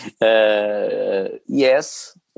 Yes